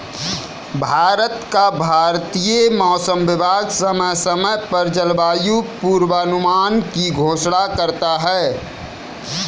भारत का भारतीय मौसम विभाग समय समय पर जलवायु पूर्वानुमान की घोषणा करता है